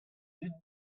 dud